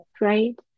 right